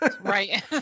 Right